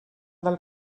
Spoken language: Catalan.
del